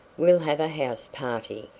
we'll have a house-party.